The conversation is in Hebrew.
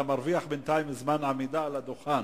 אתה מרוויח בינתיים זמן עמידה על הדוכן.